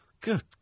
Good